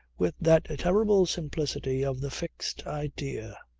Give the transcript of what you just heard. with that terrible simplicity of the fixed idea,